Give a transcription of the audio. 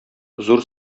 зур